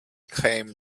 came